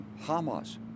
Hamas